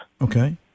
Okay